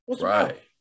Right